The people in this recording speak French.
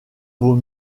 vaut